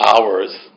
hours